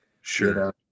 Sure